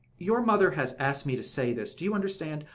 your mother has asked me to say this, do you understand?